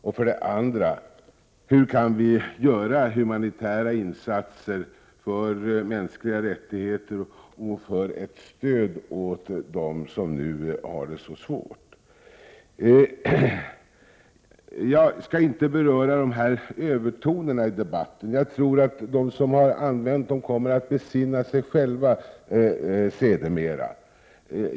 Och hur kan vi göra humanitära insatser för mänskliga rättigheter och för ett stöd åt dem som nu har det så svårt? Jag skall inte beröra övertonerna i debatten. Jag tror att de som har använt dem kommer att besinna sig själva sedermera.